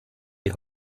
die